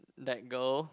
that girl